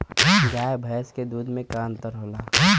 गाय भैंस के दूध में का अन्तर होला?